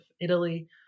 Italy